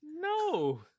No